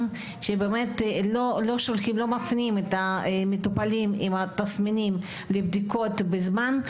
שלא מפנים את המטופלים עם התסמינים לבדיקות בזמן.